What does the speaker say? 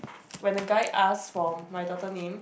when the guy ask for my daughter name